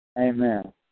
Amen